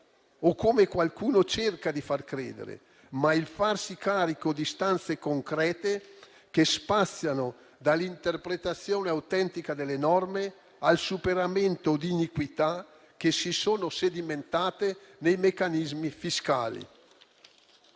o come qualcuno cerca di far credere, un assalto alla diligenza, ma il farsi carico di istanze concrete che spaziano dall'interpretazione autentica delle norme al superamento di iniquità che si sono sedimentate nei meccanismi fiscali.